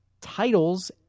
titles